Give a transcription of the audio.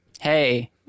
Hey